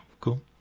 cool